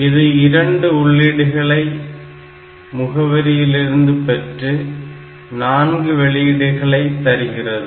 இது இரண்டு உள்ளீடுகளை முகவரியிலிருந்து பெற்று நான்கு வெளியீடுகளை தருகிறது